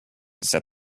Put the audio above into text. said